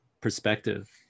perspective